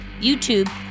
YouTube